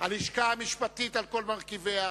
הלשכה המשפטית על כל מרכיביה,